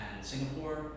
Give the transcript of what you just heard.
Singapore